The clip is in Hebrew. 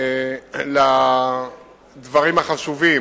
לדברים החשובים,